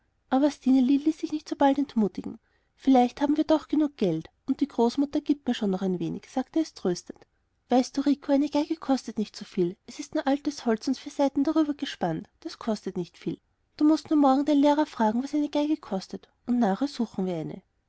aber stineli ließ sich nicht so bald entmutigen vielleicht haben wir doch genug geld und die großmutter gibt mir schon noch ein wenig sagte es tröstend weißt du rico eine geige kostet nicht so viel es ist nur altes holz und vier saiten darüber gespannt das kostet nicht viel du mußt nur morgen den lehrer fragen was eine geige kostet und nachher suchen wir